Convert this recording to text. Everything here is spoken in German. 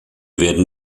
werden